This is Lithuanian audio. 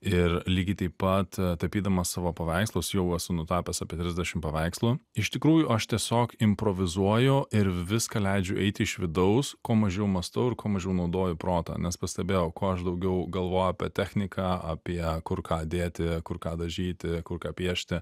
ir lygiai taip pat tapydamas savo paveikslus jau esu nutapęs apie trisdešim paveikslų iš tikrųjų aš tiesiog improvizuoju ir viską leidžiu eiti iš vidaus kuo mažiau mąstau ir kuo mažiau naudoju protą nes pastebėjau kuo aš daugiau galvoju apie techniką apie kur ką dėti kur ką dažyti kur ką piešti